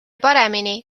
paremini